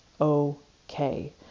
okay